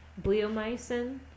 bleomycin